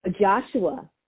Joshua